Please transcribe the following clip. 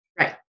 Right